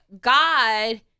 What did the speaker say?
God